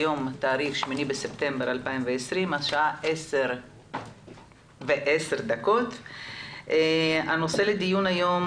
היום ה-8 בספטמבר 2020 השעה 10:10. הנושא לדיון היום